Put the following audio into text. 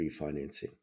refinancing